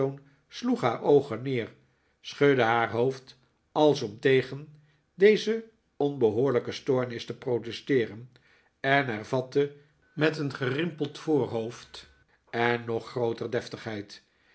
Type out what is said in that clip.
sloeg haar oogen neer schudde haar hoofd als om tegen deze onbehoorlijke stoornis te protesteeren en hervatte met een gerimpeld voorhoofd en nog prooter